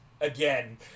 Again